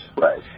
Right